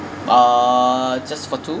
uh just for two